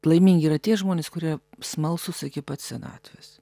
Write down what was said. laimingi yra tie žmonės kurie smalsūs iki pat senatvės